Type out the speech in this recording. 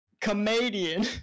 comedian